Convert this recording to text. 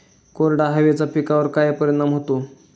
कोरड्या हवेचा पिकावर काय परिणाम होतो?